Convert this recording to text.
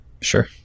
Sure